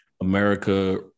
America